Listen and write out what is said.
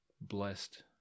blessed